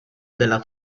della